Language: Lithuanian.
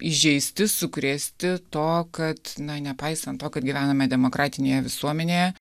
įžeisti sukrėsti to kad na nepaisant to kad gyvename demokratinėje visuomenėje